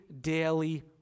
daily